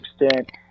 extent